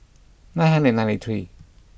nine hundred and ninety three